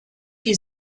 die